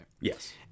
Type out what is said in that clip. Yes